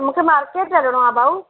मूंखे मार्केट वञिणो आहे भाऊ